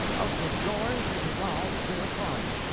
of the joy they derived therefrom.